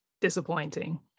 disappointing